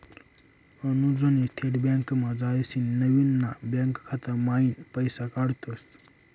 अनुजनी थेट बँकमा जायसीन नवीन ना बँक खाता मयीन पैसा काढात